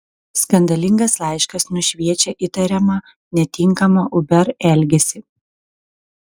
skandalingas laiškas nušviečia įtariamą netinkamą uber elgesį